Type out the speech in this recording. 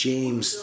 James